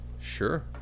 sure